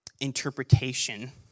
interpretation